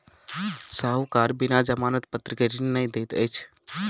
साहूकार बिना जमानत पत्र के ऋण नै दैत अछि